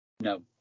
No